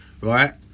right